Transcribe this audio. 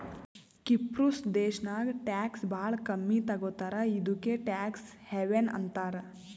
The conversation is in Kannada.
ಕಿಪ್ರುಸ್ ದೇಶಾನಾಗ್ ಟ್ಯಾಕ್ಸ್ ಭಾಳ ಕಮ್ಮಿ ತಗೋತಾರ ಇದುಕೇ ಟ್ಯಾಕ್ಸ್ ಹೆವನ್ ಅಂತಾರ